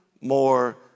more